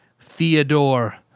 Theodore